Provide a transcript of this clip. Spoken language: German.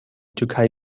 türkei